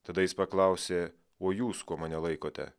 tada jis paklausė o jūs kuo mane laikote